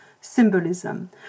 symbolism